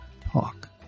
Talk